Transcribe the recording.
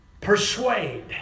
persuade